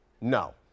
no